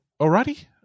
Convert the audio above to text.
Alrighty